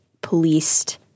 policed